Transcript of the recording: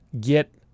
get